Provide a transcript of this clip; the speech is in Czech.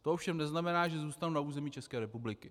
To ovšem neznamená, že zůstanou na území České republiky.